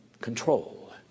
control